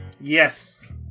Yes